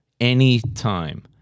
anytime